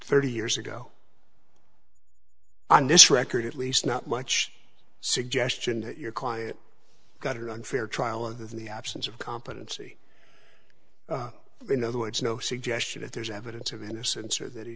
thirty years ago on this record at least not much suggestion that your client got or unfair trial of the absence of competency in other words no suggestion that there's evidence of innocence or that he